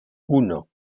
uno